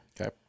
Okay